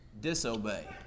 disobey